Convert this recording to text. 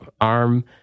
arm